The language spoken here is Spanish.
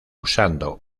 usando